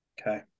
Okay